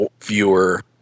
viewer